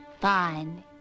fine